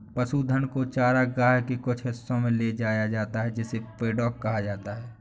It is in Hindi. पशुधन को चरागाह के कुछ हिस्सों में ले जाया जाता है जिसे पैडॉक कहा जाता है